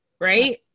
right